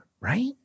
Right